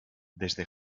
desde